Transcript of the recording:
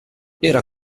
era